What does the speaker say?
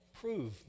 Prove